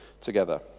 together